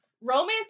romance